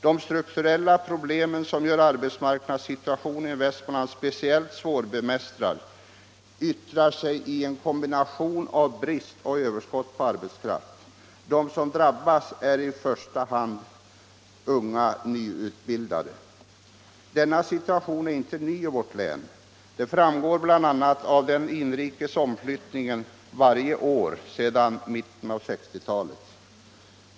De strukturella problem som gör arbetsmarknadssituationen i Västmanland speciellt svårbemästrad yttrar sig i en kombination av brist och överskott på arbetskraft. De som drabbas är i första hand unga nyutbildade. Denna situation är inte ny i vårt län. Det framgår bl.a. av den inrikes omflyttningen varje år alltsedan mitten av 1960-talet.